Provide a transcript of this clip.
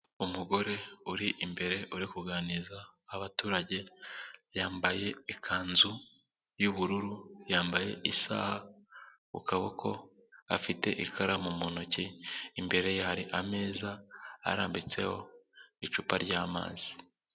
Umugore uri imbere, uri kuganiriza abaturage, yambaye ikanzu y'ubururu, yambaye isaha ku kaboko, afite ikaramu mu ntoki, imbereye hari ameza, arambitseho icupa ry'amazi.